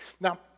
Now